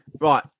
right